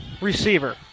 Receiver